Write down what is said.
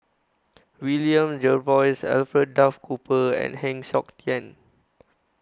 William Jervois Alfred Duff Cooper and Heng Siok Tian